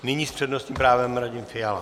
Nyní s přednostním právem Radim Fiala.